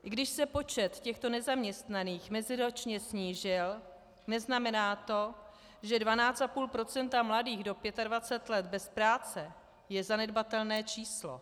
I když se počet těchto nezaměstnaných meziročně snížil, neznamená to, že 12,5 % mladých do 25 let bez práce je zanedbatelné číslo.